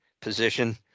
position